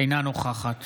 אינה נוכחת